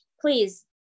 please